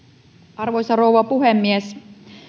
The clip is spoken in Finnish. arvoisa rouva puhemies